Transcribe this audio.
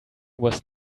was